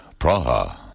Praha